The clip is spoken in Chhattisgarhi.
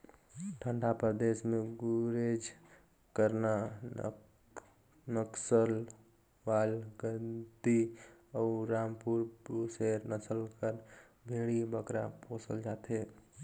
ठंडा परदेस में गुरेज, करना, नक्खरवाल, गद्दी अउ रामपुर बुसेर नसल कर भेंड़ी बगरा पोसल जाथे